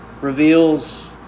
Reveals